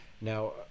now